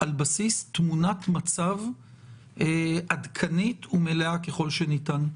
על בסיס תמונת מצב עדכנית ומלאה ככל שניתן.